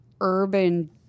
urban